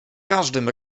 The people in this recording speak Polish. każdym